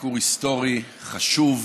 ביקור היסטורי חשוב,